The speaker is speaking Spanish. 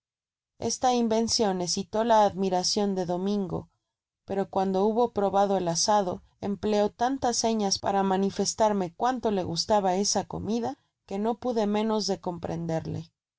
esta invencion escitó la admiracion de domingo pero cuando hubo probado el asado empleó tantas señas para manifestarme cuanto le gustaba esa comida que no pude meaos de comprenderle